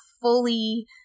fully